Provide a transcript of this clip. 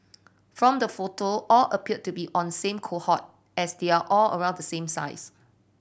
from the photo all appear to be on same cohort as they are all around the same size